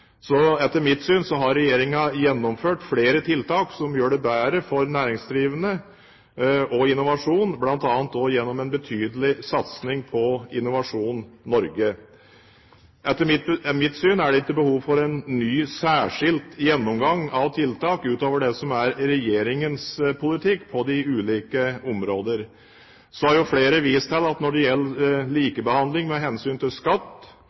Etter mitt syn har regjeringen gjennomført flere tiltak som gjør det bedre for næringsdrivende og innovasjon, bl.a. også gjennom en betydelig satsing på Innovasjon Norge. Etter mitt syn er det ikke behov for en ny, særskilt gjennomgang av tiltak utover det som er regjeringens politikk på de ulike områder. Så har flere vist til at når det gjelder likebehandling med hensyn til skatt,